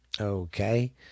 okay